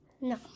No